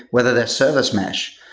whether they're service mesh.